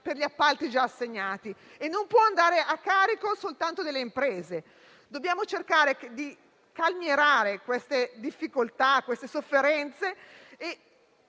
gli appalti già assegnati, e non può andare a carico soltanto delle imprese. Dobbiamo cercare di calmierare queste difficoltà e queste sofferenze e